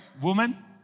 woman